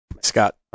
Scott